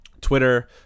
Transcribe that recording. Twitter